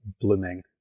blooming